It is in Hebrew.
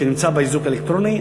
שנמצא באיזוק האלקטרוני,